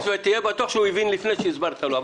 תהיה בטוח שהוא הבין את זה לפני שהסברת לו.